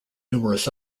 numerous